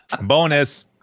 Bonus